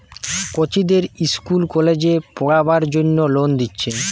কচিদের ইস্কুল কলেজে পোড়বার জন্যে লোন দিচ্ছে